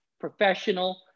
professional